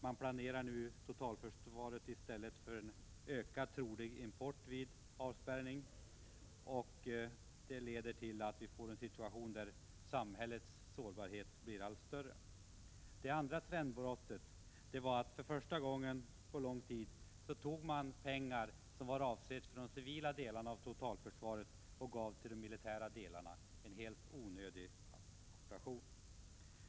Man planerar nu totalförsvaret för en ökad trolig import vid avspärrning, och det leder till en situation där samhällets sårbarhet blir allt större. Det andra trendbrottet var att man för första gången på lång tid tog pengar som var avsedda för de civila delarna av totalförsvaret och gav till de militära delarna — en helt onödig operation.